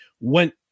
went